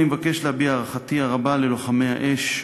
אני מבקש להביע את הערכתי הרבה ללוחמי האש,